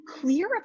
clear